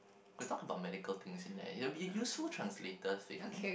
to talk about medical things in there it'll be useful translator thing